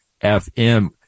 FM